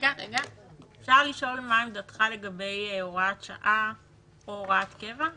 אפשר לשאול מה עמדתך לגבי הוראת שעה או הוראת קבע?